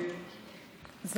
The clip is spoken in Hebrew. סליחה,